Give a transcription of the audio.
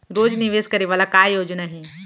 रोज निवेश करे वाला का योजना हे?